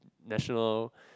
national